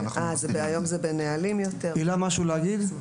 הילה, יש לך משהו להגיד?